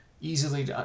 easily